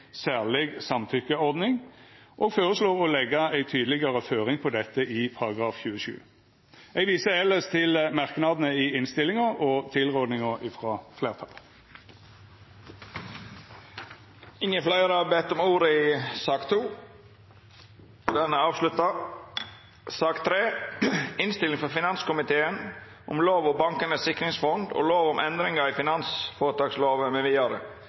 særleg samtykkeordning, og føreslår å leggja ei tydelegare føring på dette i § 27. Eg viser elles til merknadane i innstillinga og tilrådinga frå fleirtalet. Fleire har ikkje bedt om ordet til sak nr. 2. Etter ønske frå finanskomiteen vil presidenten føreslå at taletida vert avgrensa til 5 minutt til kvar gruppe og 5 minutt til medlemer av regjeringa. Vidare